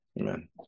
Amen